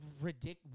ridiculous